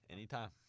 Anytime